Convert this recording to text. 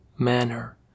manner